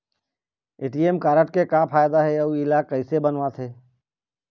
ATM card के का फायदा हे अऊ इला कैसे बनवाथे?